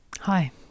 Hi